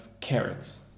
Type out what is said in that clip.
carrots